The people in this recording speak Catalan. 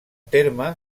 terme